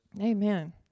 Amen